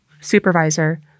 supervisor